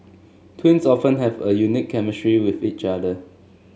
twins often have a unique chemistry with each other